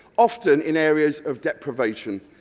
often in areas of deprivation.